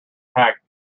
pack